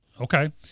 okay